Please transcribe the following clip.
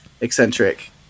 eccentric